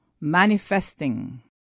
manifesting